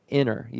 inner